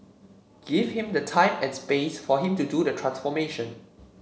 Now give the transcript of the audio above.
give him the time and space for him to do the transformation